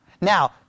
Now